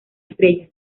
estrellas